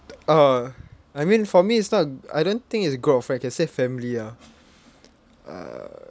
uh I mean for me it's not I don't think it's a group of friends can say family ah err